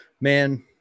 man